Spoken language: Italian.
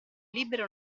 libero